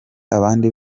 abandi